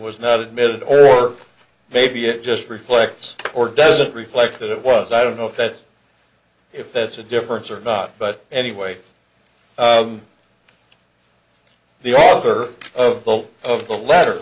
was not admitted or maybe it just reflects or doesn't reflect that it was i don't know if that's if that's a difference or not but anyway the author of both of the latter